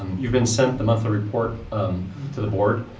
you've been sent the monthly report um to the board.